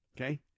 Okay